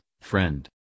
friend